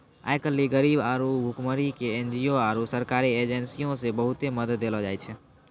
आइ काल्हि गरीबी आरु भुखमरी के एन.जी.ओ आरु सरकारी एजेंसीयो से बहुते मदत देलो जाय छै